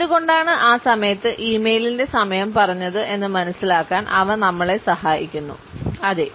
എന്തുകൊണ്ടാണ് ആ സമയത്ത് ഇ മെയിലിന്റെ സമയം പറഞ്ഞത് എന്ന് മനസിലാക്കാൻ അവ നമ്മളെ സഹായിക്കുന്നു അതെ